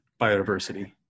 biodiversity